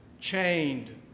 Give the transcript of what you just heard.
chained